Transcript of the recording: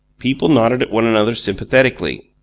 people nodded at one another sympathetically.